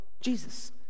Jesus